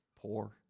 poor